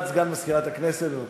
הודעת סגן מזכירת הכנסת, בבקשה.